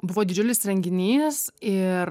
buvo didžiulis renginys ir